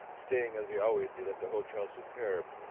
staying as he always did at the hotel superbe,